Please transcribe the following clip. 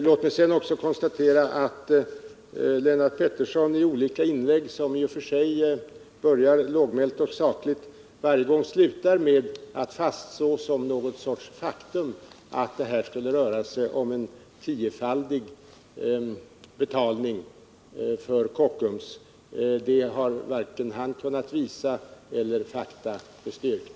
Låt mig sedan också konstatera att Lennart Pettersson i olika inlägg, vilka i och för sig börjar lågmält och sakligt, varje gång slutar med att fastslå som någon sorts faktum att det här skulle röra sig om en tiofaldig betalning för Kockums. Att så är fallet har varken han kunnat visa eller fakta kunnat bestyrka.